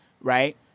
right